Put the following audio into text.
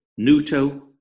Nuto